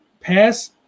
Pass